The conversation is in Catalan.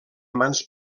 mans